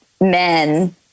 men